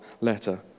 letter